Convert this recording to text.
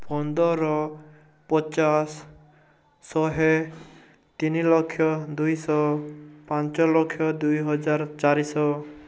ପନ୍ଦର ପଚାଶ ଶହେ ତିନି ଲକ୍ଷ ଦୁଇଶହ ପାଞ୍ଚ ଲକ୍ଷ ଦୁଇହଜାର ଚାରିଶହ